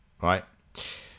right